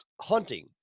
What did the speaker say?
hunting